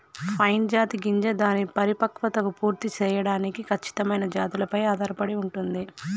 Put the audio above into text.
pine జాతి గింజ దాని పరిపక్వతను పూర్తి సేయడానికి ఖచ్చితమైన జాతులపై ఆధారపడి ఉంటుంది